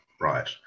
right